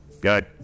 Good